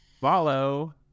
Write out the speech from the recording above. follow